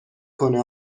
کنه